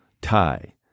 tie